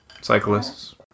cyclists